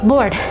Lord